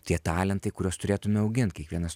tie talentai kuriuos turėtume augint kiekvienas